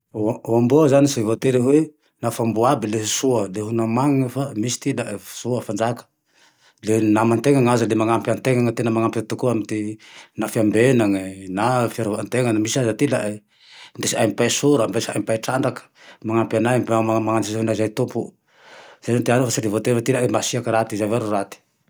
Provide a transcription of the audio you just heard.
Oamboao zane tsy voatere hoe naho fa amboa aby le ho soa, le ho namagne fa misy ty ilae soa fanjaka. Le namantegna aza le magnampe antegna na tena magnampe tokoa amy ty na fiambenagne na fiarova antegna. Misy aza ty ilae andeseay mipay sora, mipay trandrake, magnampe anay tompoe. Zay zane ty ano tsy voatery ty ilae masiaky raty, zay avao ty raty